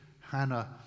Hannah